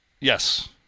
Yes